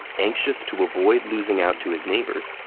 anxious to avoid losing out to his neighbors,